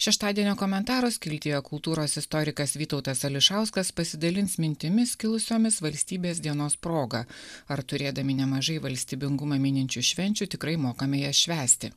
šeštadienio komentarų skiltyje kultūros istorikas vytautas ališauskas pasidalins mintimis kilusiomis valstybės dienos proga ar turėdami nemažai valstybingumą mininčių švenčių tikrai mokame jas švęsti